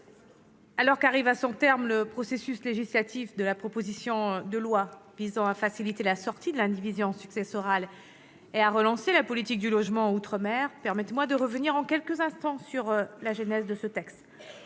alors qu'arrive à son terme le processus législatif de la proposition de loi visant à faciliter la sortie de l'indivision successorale et à relancer la politique du logement en outre-mer, permettez-moi de revenir, en quelques instants, sur la genèse de ce texte.